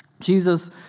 Jesus